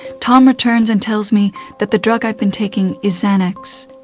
tom returns and tells me that the drug i've been taking is xanax,